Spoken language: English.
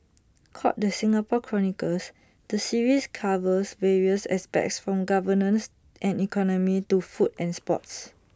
called the Singapore chronicles the series covers various aspects from governance and economy to food and sports